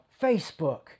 Facebook